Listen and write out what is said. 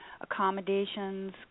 Accommodations